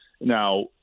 Now